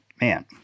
man